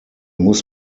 muss